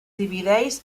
divideix